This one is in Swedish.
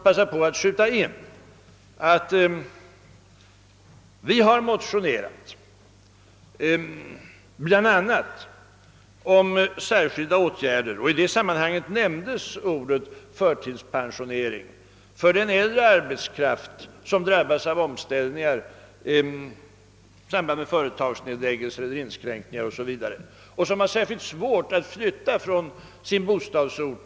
Kanske jag får skjuta in, att vi har motionerat bl.a. om särskilda åtgärder på detta område; i det sammanhanget nämndes ordet förtidspensionering av den äldre arbetskraft som drabbas av omställningar i samband med företagsnedläggning eller inskränkningar. Denna kategori har ofta svårt att flytta från sin bostadsort.